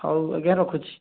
ହଉ ଆଜ୍ଞା ରଖୁଛି